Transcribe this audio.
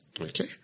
Okay